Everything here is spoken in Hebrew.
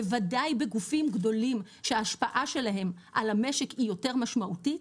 בוודאי בגופים גדולים שההשפעה שלהם על המשק היא יותר משמעותית,